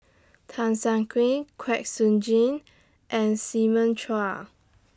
Tan Siak Cream Kwek Siew Jin and Simon Chua